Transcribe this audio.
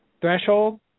threshold